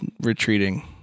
retreating